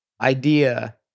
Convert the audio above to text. idea